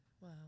Wow